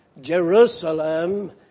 Jerusalem